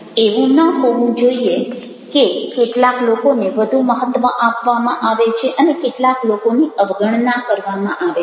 એવું ન હોવું જોઈએ કે કેટલાક લોકોને વધુ મહત્ત્વ આપવામાં આવે છે અને કેટલાક લોકોની અવગણના કરવામાં આવે છે